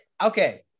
Okay